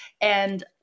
And-